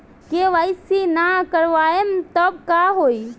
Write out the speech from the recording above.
KYC ना करवाएम तब का होई?